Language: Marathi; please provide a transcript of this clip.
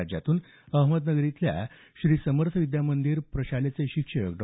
राज्यातून अहमदनगर इथल्या श्री समर्थ विद्या मंदिर प्रशालेचे शिक्षक डॉ